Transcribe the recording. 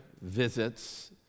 visits